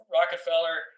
Rockefeller